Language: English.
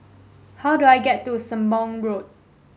how do I get to Sembong Road